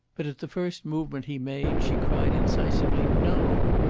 but at the first movement he made she cried incisively, no,